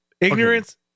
Ignorance